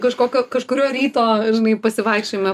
kažkokio kažkurio ryto žinai pasivaikščiojime